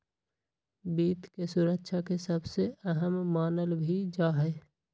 वित्त के सुरक्षा के सबसे अहम मानल भी जा हई